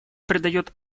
придает